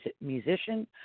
musician